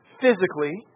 physically